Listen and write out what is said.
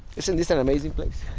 isn't this an amazing place.